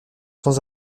sans